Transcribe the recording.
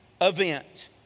event